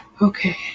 Okay